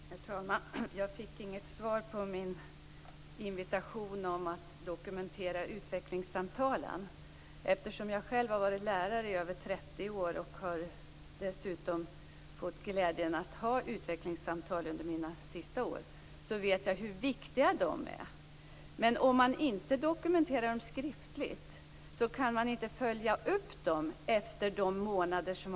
Herr talman! Jag fick inget svar på min invitation om att dokumentera utvecklingssamtalen. Eftersom jag själv har varit lärare i över 30 år - och dessutom har haft glädjen att ha utvecklingssamtal under mina sista år - så vet jag hur viktiga dessa samtal är. Men om man inte dokumenterar dem skriftligt kan man inte följa upp dem efter att några månader har gått.